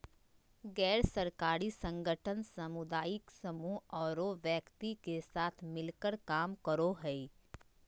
गैर सरकारी संगठन सामुदायिक समूह औरो व्यक्ति के साथ मिलकर काम करो हइ